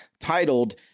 titled